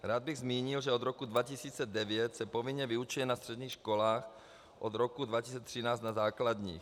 Rád bych zmínil, že od roku 2009 se povinně vyučuje na středních školách, od roku 2013 na základních.